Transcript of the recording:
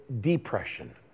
depression